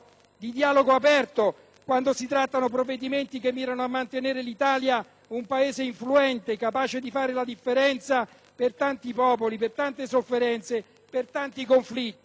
quando si trattano provvedimenti che mirano a mantenere l'Italia un Paese influente e capace di fare la differenza per tanti popoli, per tante sofferenze, per tanti conflitti. Oggi, colleghi,